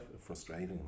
frustrating